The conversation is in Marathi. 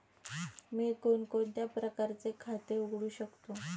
मी कोणकोणत्या प्रकारचे खाते उघडू शकतो?